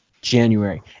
January